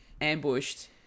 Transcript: ambushed